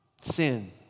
Sin